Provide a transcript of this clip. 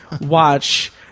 watch